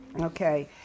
okay